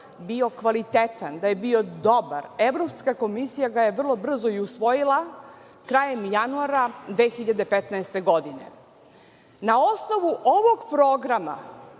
bio kvalitetan, da je bio dobar, Evropska komisija ga je vrlo brzo i usvojila krajem januara 2015. godine. Na osnovu ovog programa,